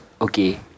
okay